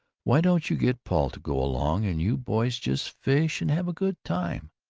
why don't you get paul to go along, and you boys just fish and have a good time?